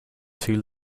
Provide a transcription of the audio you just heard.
too